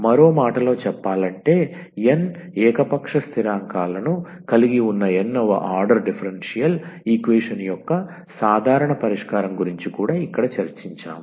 మరో మాటలో చెప్పాలంటే n ఏకపక్ష స్థిరాంకాలను కలిగి ఉన్న n వ ఆర్డర్ డిఫరెన్షియల్ ఈక్వేషన్ యొక్క సాధారణ పరిష్కారం గురించి కూడా ఇక్కడ చర్చించాము